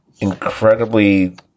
incredibly